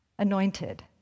anointed